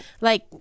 Like-